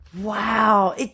Wow